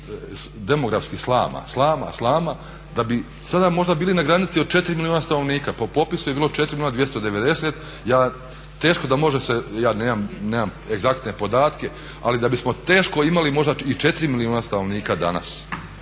demografski slama, slama, slama, da bi sada možda bili na granici od 4 milijuna stanovnika. Po popisu je bilo 4 milijuna 290. Teško da može se, ja nemam egzaktne podatke, ali da bismo teško imali možda i 4 milijuna stanovnika danas,